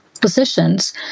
positions